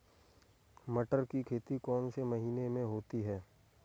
मटर की खेती कौन से महीने में होती है?